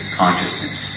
consciousness